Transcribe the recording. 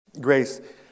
Grace